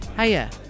Hiya